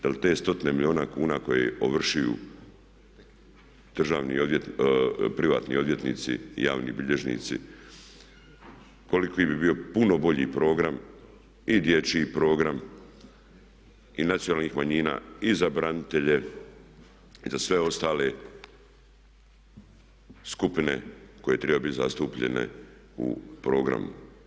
Da li te stotine milijuna kuna koje ovršuju privatni odvjetnici i javni bilježnici koliko bi bio puno bolji program i dječji program i nacionalnih manjina i za branitelje i za sve ostale skupine koje trebaju biti zastupljene u programu.